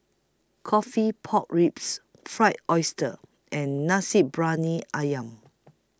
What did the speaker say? Coffee Pork Ribs Fried Oyster and Nasi Briyani Ayam